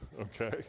okay